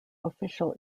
official